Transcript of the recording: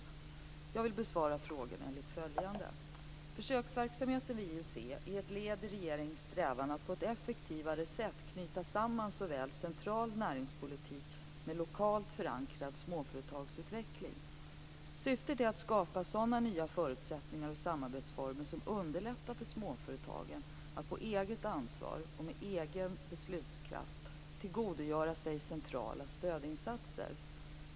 Jag vill besvara frågorna enligt följande: Försöksverksamheten vid IUC är ett led i regeringens strävan att på ett effektivare sätt knyta samman central näringspolitik med lokalt förankrad småföretagsutveckling. Syftet är att skapa sådana nya förutsättningar och samarbetsformer som underlättar för småföretagen att på eget ansvar och med egen beslutskraft tillgodogöra sig centrala stödinsatser.